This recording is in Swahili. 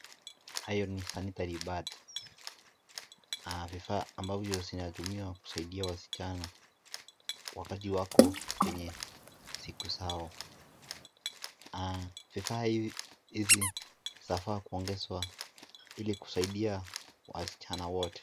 Hayo ni sanitarypads vifaa ambavyo vinatumiwa kusaidia wasichana wakati wako kwenye siku zao na vifaa hizi zafaa kuongezwa ili kusaidia wasichana wote.